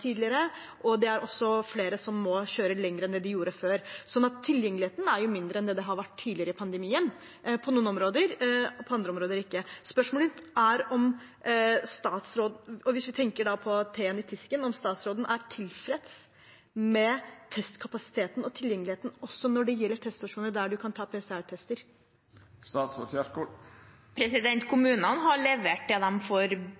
tidligere, og det er også flere som må kjøre lenger enn det de gjorde før. Så tilgjengeligheten er mindre enn den har vært tidligere i pandemien på noen områder – og på andre områder ikke. Spørsmålet er – hvis vi tenker på T-en i TISK – om statsråden er tilfreds med testkapasiteten og tilgjengeligheten også når det gjelder teststasjoner, der man kan ta